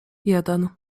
jeden